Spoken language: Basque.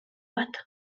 bat